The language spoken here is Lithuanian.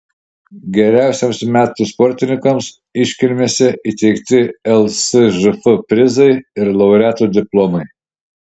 geriausiems metų sportininkams iškilmėse įteikti lsžf prizai ir laureatų diplomai